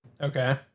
Okay